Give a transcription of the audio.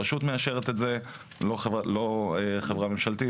הרשות מאשרת את זה ולא חברה ממשלתית,